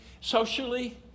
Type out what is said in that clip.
socially